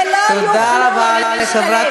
ולא יוכלו להשתלב.